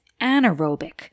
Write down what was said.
anaerobic